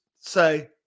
say